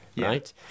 Right